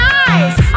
nice